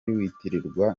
witiranwa